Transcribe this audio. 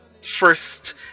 first